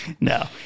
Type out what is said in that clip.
No